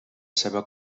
seva